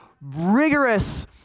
rigorous